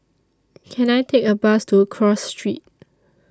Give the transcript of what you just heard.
Can I Take A Bus to Cross Street